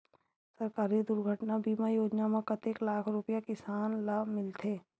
सहकारी दुर्घटना बीमा योजना म कतेक लाख रुपिया किसान ल मिलथे?